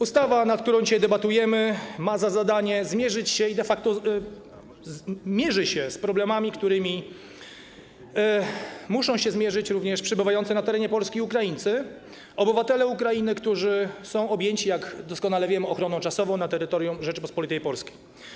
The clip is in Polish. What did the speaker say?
Ustawa, nad którą dzisiaj debatujemy, ma za zadanie zmierzyć się, i de facto mierzy się, z problemami, z którymi muszą się zmierzyć również przebywający na terenie Polski Ukraińcy, obywatele Ukrainy, którzy są objęci, jak doskonale wiemy, ochroną czasową na terytorium Rzeczypospolitej Polskiej.